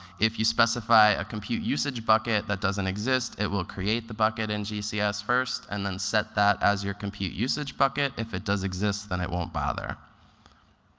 if you specify a compute usage bucket that doesn't exist, it will create the bucket in gcs first and then set that as your compute usage bucket. if it does exist, then it won't bother.